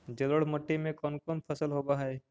जलोढ़ मट्टी में कोन कोन फसल होब है?